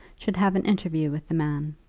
should have an interview with the man.